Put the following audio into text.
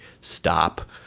stop